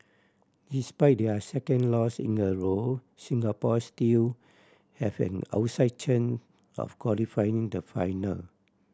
despite their second loss in a row Singapore still have an outside chance of qualifying the final